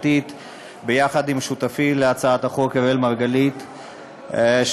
הממשלתית יחד עם שותפי אראל מרגלית,